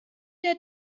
der